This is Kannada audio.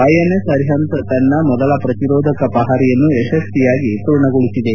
ಐಎನ್ಎಸ್ ಅರಿಹಂತ್ ತನ್ನ ಮೊದಲ ಪ್ರತಿರೋಧಕ ಪಹರೆಯನ್ನು ಯಶಸ್ವಿಯಾಗಿ ಪೂರ್ಣಗೊಳಿಸಿದೆ